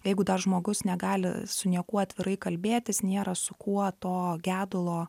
jeigu dar žmogus negali su niekuo atvirai kalbėtis nėra su kuo to gedulo